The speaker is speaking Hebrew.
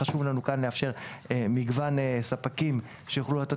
חשוב לנו לאפשר כאן מגוון ספקים שיוכלו לתת את